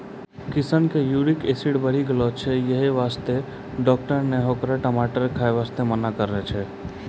किशन के uric acid बढ़ी गेलो छै यही वास्तॅ डाक्टर नॅ होकरा टमाटर खाय वास्तॅ मना करनॅ छै